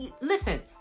Listen